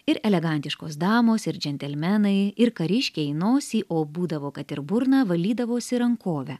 ir elegantiškos damos ir džentelmenai ir kariškiai nosį o būdavo kad ir burną valydavosi rankove